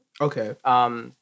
Okay